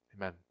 Amen